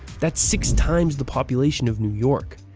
that's six times the population of new york.